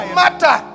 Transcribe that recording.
matter